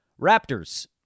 Raptors